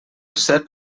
cep